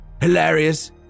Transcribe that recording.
Hilarious